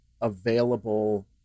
available